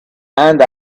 and